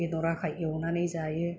बेदर आखाय एवनानै जायो